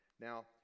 Now